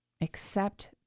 accept